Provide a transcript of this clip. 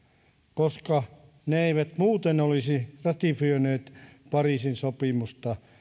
koska ne eivät muuten olisi ratifioineet pariisin sopimusta